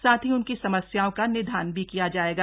साथ ही उनकी समस्याओं का निदान भी किया जाएगा